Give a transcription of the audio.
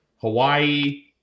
Hawaii